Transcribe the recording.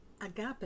agape